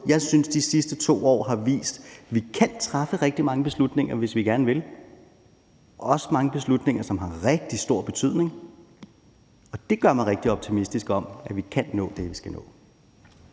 jeg synes, de sidste 2 år har vist, at vi kan træffe rigtig mange beslutninger, hvis vi gerne vil – også mange beslutninger, som har rigtig stor betydning. Det gør mig rigtig optimistisk om, at vi kan nå det, vi skal nå.